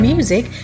Music